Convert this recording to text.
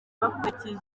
bakurikije